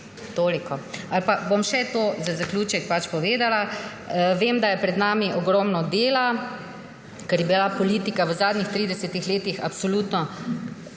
je njen namen. Bom še to za zaključek povedala. Vem, da je pred nami ogromno dela, ker je bila politika v zadnjih 30 letih absolutno